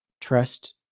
trust